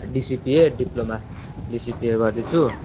डिसिपिए diploma DCPA गर्दैछु